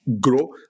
grow